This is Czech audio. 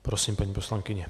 Prosím, paní poslankyně.